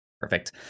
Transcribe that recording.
Perfect